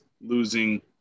losing